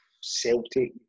Celtic